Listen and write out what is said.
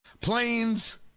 Planes